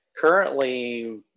currently